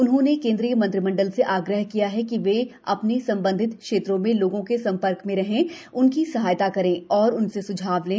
उन्होंने केनुद्रीय मंत्रिमंडल से आग्रह किया कि वे अपने संबंधित क्षेत्रों में लोगों के सम्पर्क में रहें उनकी सहायता करें और उनसे सुझाव लें